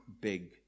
big